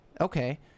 okay